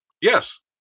Yes